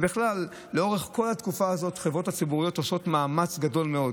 ובכלל לאורך כל התקופה הזאת החברות הציבוריות עושות מאמץ גדול מאוד.